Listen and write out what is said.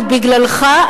ובגללך,